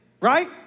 right